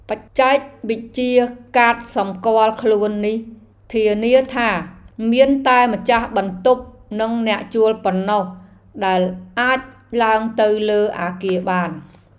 បច្ចេកវិទ្យាកាតសម្គាល់ខ្លួននេះធានាថា មានតែម្ចាស់បន្ទប់និងអ្នកជួលប៉ុណ្ណោះដែលអាចឡើងទៅលើអគារបាន។